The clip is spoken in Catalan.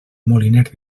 moliner